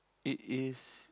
it is